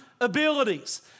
abilities